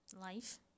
life